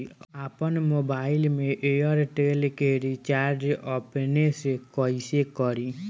आपन मोबाइल में एयरटेल के रिचार्ज अपने से कइसे करि?